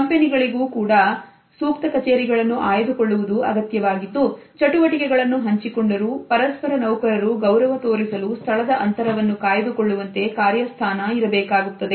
ಕಂಪನಿಗಳಿಗೂ ಕೂಡ ಸೂಕ್ತ ಕಚೇರಿಗಳನ್ನು ಆಯ್ದುಕೊಳ್ಳುವುದು ಅಗತ್ಯವಾಗಿದ್ದು ಚಟುವಟಿಕೆಗಳನ್ನು ಹಂಚಿಕೊಂಡರು ಪರಸ್ಪರ ನೌಕರರು ಗೌರವ ತೋರಿಸಲು ಸ್ಥಳದ ಅಂತರವನ್ನು ಕಾಯ್ದುಕೊಳ್ಳುವಂತೆಯು ಕಾರ್ಯಸ್ಥಾನ ಇರಬೇಕಾಗುತ್ತದೆ